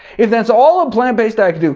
if that's all a plant-based diet can do,